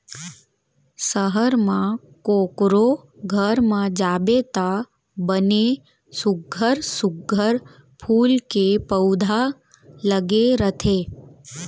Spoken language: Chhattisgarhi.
सहर म कोकरो घर म जाबे त बने सुग्घर सुघ्घर फूल के पउधा लगे रथे